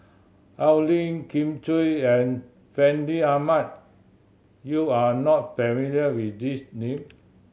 Al Lim Kin Chui and Fandi Ahmad you are not familiar with these name